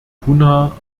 cunha